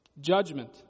Judgment